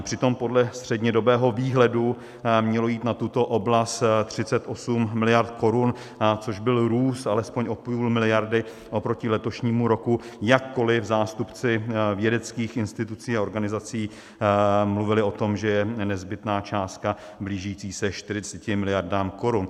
Přitom podle střednědobého výhledu mělo jít na tuto oblast 38 miliard korun, což byl růst alespoň o půl miliardy oproti letošnímu roku, jakkoli zástupci vědeckých institucí a organizací mluvili o tom, že je nezbytná částka blížící se 40 miliardám korun.